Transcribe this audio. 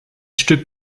stück